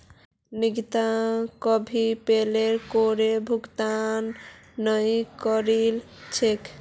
निकिता कभी पोल करेर भुगतान नइ करील छेक